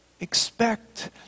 Expect